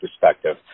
perspective